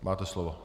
Máte slovo.